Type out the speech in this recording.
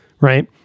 Right